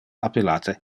appellate